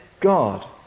God